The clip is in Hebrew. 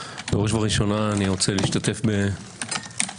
בראש ובראשונה אני רוצה להשתתף בצער